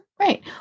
Right